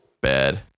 bad